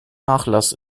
nachlass